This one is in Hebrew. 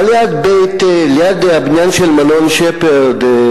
אבל ליד הבניין של מלון "שפרד"